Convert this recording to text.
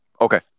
okay